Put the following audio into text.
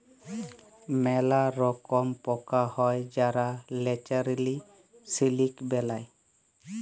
ম্যালা রকম পকা হ্যয় যারা ল্যাচারেলি সিলিক বেলায়